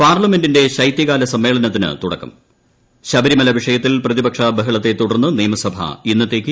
പാർലമെന്റിന്റെ ശൈതൃകാല സമ്മേളനത്തിന് തുടക്കം ശബരിമല വിഷയത്തിൽ പ്രതിപക്ഷ ബഹളത്തെ തുടർന്ന് കേരള നിയമസഭ ഇന്നും സ്തംഭിച്ചു